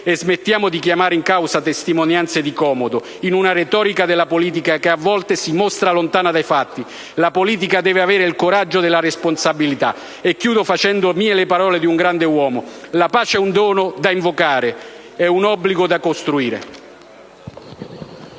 e smettiamo di chiamare in causa testimonianze di comodo, in una retorica della politica che a volte si mostra lontana dai fatti. La politica deve avere il coraggio della responsabilità. Chiudo facendo mie le parole di un grande uomo: la pace è un dono da invocare, è un obiettivo da costruire.